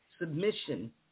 submission